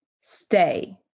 Stay